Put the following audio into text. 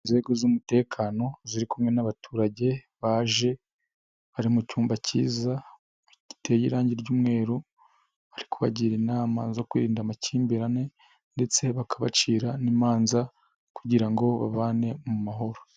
Inzego z'umutekano ziri kumwe n'abaturage baje bari mu cyumba kiza giteye irangi ry'umweru, bari kubagira inama zo kwirinda amakimbirane ndetse bakabacira n'imanza kugira ngo babane mu mahoro.